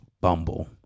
Bumble